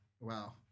Wow